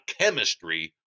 chemistry